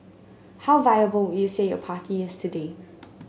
how viable would you say your party is today